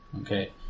Okay